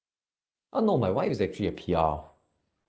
uh no my wife is actually a P_R